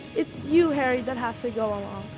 it's you, harry, that has to go along.